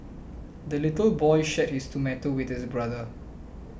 the little boy shared his tomato with his brother